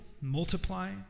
multiply